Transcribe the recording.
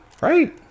Right